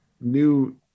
new